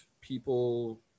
people